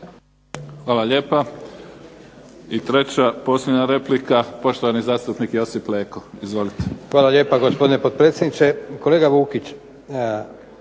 Hvala lijepa. I treća posljednja replika, poštovani zastupnik Josip Leko. Izvolite. **Leko, Josip (SDP)** Hvala lijepa gospodine potpredsjedniče. Kolega Vukić,